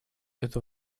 эту